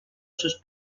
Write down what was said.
sus